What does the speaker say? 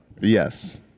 Yes